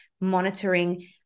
monitoring